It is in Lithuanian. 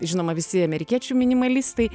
žinoma visi amerikiečių minimalistai